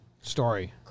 story